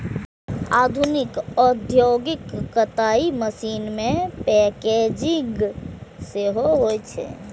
आधुनिक औद्योगिक कताइ मशीन मे पैकेजिंग सेहो होइ छै